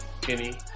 Kenny